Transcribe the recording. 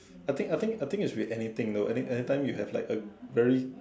I think I think I think it's with anything know like anytime you have like a very